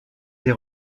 des